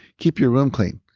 keep your room clean,